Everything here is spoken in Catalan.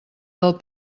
del